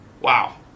Wow